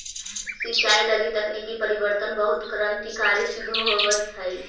सिंचाई लगी तकनीकी परिवर्तन बहुत क्रान्तिकारी सिद्ध होवित हइ